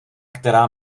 která